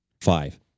five